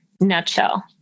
nutshell